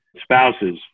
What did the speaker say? spouses